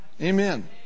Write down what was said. Amen